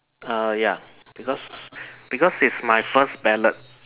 err ya because because its my first ballot